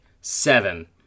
seven